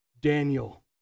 Daniel